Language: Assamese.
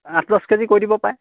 আঠ দহ কেজি কৰি দিব পাৰে